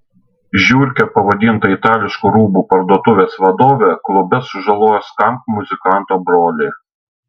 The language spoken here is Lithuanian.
žiurke pavadinta itališkų rūbų parduotuvės vadovė klube sužalojo skamp muzikanto brolį